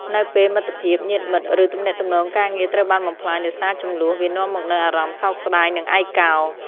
នៅពេលមិត្តភាព ញាតិមិត្ត ឬទំនាក់ទំនងការងារត្រូវបានបំផ្លាញដោយសារជម្លោះ វានាំមកនូវអារម្មណ៍សោកស្ដាយ និងឯកោ។